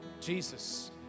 Jesus